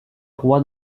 roi